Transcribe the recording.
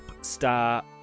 Star